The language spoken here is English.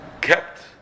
kept